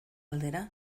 aldera